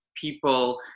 people